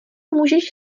můžeš